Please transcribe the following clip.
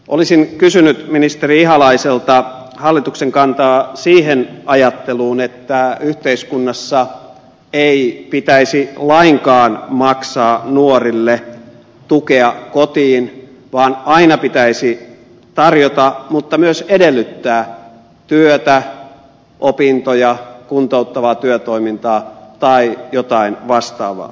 olisin kysynyt ministeri ihalaiselta hallituksen kantaa siihen ajatteluun että yhteiskunnassa ei pitäisi lainkaan maksaa nuorille tukea kotiin vaan aina pitäisi tarjota mutta myös edellyttää työtä opintoja kuntouttavaa työtoimintaa tai jotain vastaavaa